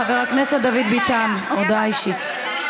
חבר הכנסת דוד ביטן, הודעה אישית.